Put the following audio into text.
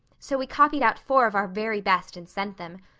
so we copied out four of our very best and sent them.